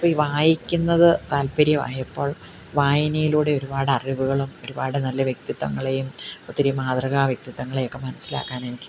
അപ്പം ഈ വായിക്കുന്നത് താല്പര്യമായപ്പോൾ വായനയിലൂടെ ഒരുപാടറിവുകളും ഒരുപാട് നല്ല വ്യക്തിത്തങ്ങളെയും ഒത്തിരി മാതൃകാ വ്യക്തിത്തങ്ങളെയും ഒക്കെ മനസ്സിലാക്കാൻ എനിക്ക്